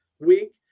week